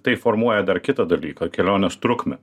tai formuoja dar kitą dalyką kelionės trukmę